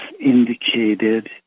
indicated